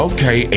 Okay